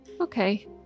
Okay